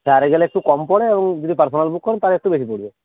শেয়ারে গেলে একটু কম পড়ে এবং যদি পার্সোনাল বুক করেন তাহলে একটু বেশি পড়বে